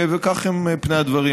וכאלה הם פני הדברים,